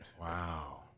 Wow